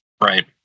right